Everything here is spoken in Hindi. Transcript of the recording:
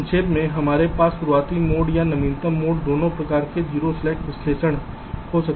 तो संक्षेप में हमारे पास शुरुआती मोड या नवीनतम मोड दोनों प्रकार के 0 स्लैक विश्लेषण हो सकते हैं